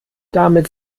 damit